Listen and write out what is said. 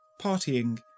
partying